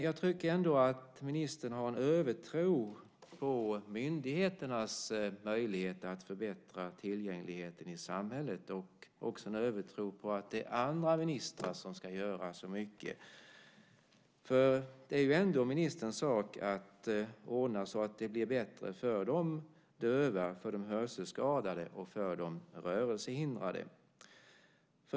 Jag tycker att ministern har en övertro på myndigheternas möjligheter att förbättra tillgängligheten i samhället, och också en övertro på att det är andra ministrar som ska göra så mycket. Det är ju ändå ministerns sak att ordna så att det blir bättre för de döva, de hörselskadade och de rörelsehindrade.